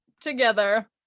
together